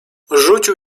rzucił